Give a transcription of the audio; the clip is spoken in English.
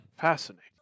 Fascinating